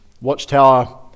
Watchtower